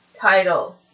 title